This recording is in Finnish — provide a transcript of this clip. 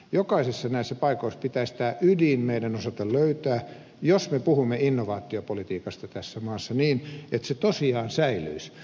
jokaisessa näissä paikoissa pitäisi tämä ydin meidän osata löytää jos me puhumme innovaatiopolitiikasta tässä maassa niin että se tosiaan säilyisi